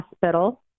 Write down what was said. hospital